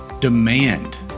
Demand